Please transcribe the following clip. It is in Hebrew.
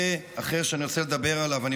אנחנו